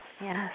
Yes